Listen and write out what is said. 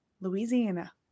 Louisiana